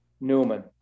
Newman